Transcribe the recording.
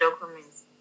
documents